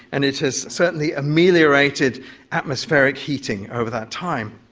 and it has certainly ameliorated atmospheric heating over that time.